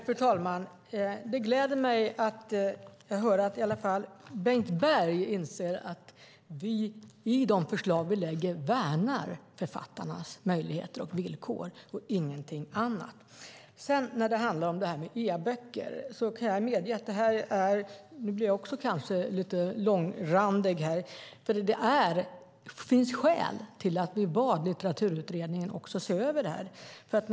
Fru talman! Det gläder mig att höra att i alla fall Bengt Berg inser att vi i de förslag vi lägger fram värnar författarnas möjligheter och villkor. När det gäller e-böcker blir jag kanske också lite långrandig. Det finns skäl till att vi bad Litteraturutredningen se över detta.